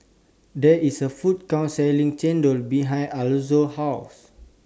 There IS A Food Court Selling Chendol behind Alonzo's House